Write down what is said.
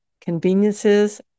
conveniences